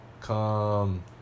Come